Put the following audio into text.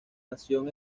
nación